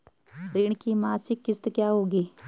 ऋण की मासिक किश्त क्या होगी?